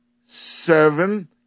seven